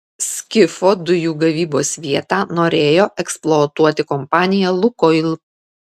skifo dujų gavybos vietą norėjo eksploatuoti kompanija lukoil